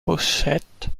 pochette